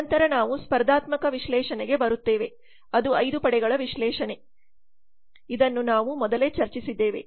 ನಂತರ ನಾವು ಸ್ಪರ್ಧಾತ್ಮಕ ವಿಶ್ಲೇಷಣೆಗೆ ಬರುತ್ತೇವೆ ಅದು 5 ಪಡೆಗಳ ವಿಶ್ಲೇಷಣೆ 5 ಪಡೆಗಳ ವಿಶ್ಲೇಷಣೆ ಇದನ್ನು ನಾವು ಮೊದಲೇ ಚರ್ಚಿಸಿದ್ದೇವೆ